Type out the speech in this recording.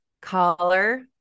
collar